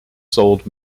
sold